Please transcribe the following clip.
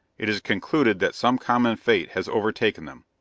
it is concluded that some common fate has overtaken them.